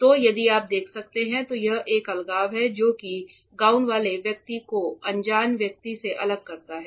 तो यदि आप देख सकते हैं तो यह एक अलगाव है जो कि गाउन वाले व्यक्ति को अनजान व्यक्ति से अलग करता है